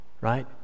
right